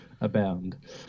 abound